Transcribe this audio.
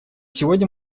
сегодня